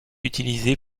utilisé